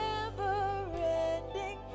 Never-ending